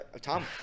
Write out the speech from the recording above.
Tom